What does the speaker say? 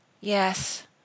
Yes